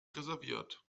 reserviert